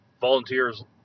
volunteers